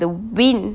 the wind